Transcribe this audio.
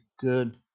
good